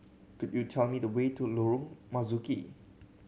could you tell me the way to Lorong Marzuki